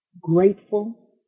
grateful